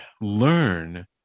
learn